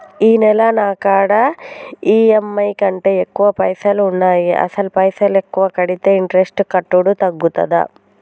ఈ నెల నా కాడా ఈ.ఎమ్.ఐ కంటే ఎక్కువ పైసల్ ఉన్నాయి అసలు పైసల్ ఎక్కువ కడితే ఇంట్రెస్ట్ కట్టుడు తగ్గుతదా?